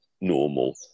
normal